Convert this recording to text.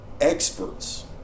experts